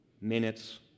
minutes